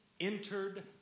entered